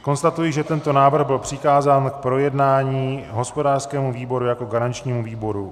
Konstatuji, že tento návrh byl přikázán k projednání hospodářskému výboru jako garančnímu výboru.